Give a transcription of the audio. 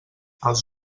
els